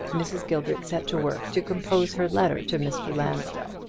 mrs. gilbert set to work to compose her letter to mr. lansdell.